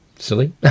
Silly